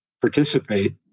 participate